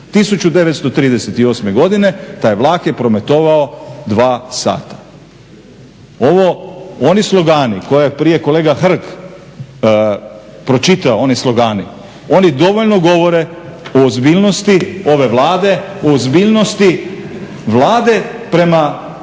1938. godine taj vlak je prometovao 2 sata. Oni slogani koje je prije kolega Hrg pročitao, oni slogani, oni dovoljno govore o ozbiljnosti ove Vlade, o ozbiljnosti Vlade prema željeznici.